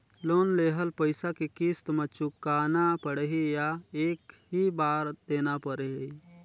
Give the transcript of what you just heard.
Loan लेहल पइसा के किस्त म चुकाना पढ़ही या एक ही बार देना पढ़ही?